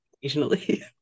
Occasionally